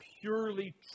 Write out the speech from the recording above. purely